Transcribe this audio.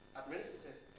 administrative